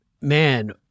man